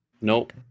Nope